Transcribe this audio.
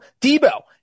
Debo